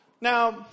Now